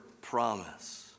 promise